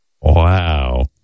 Wow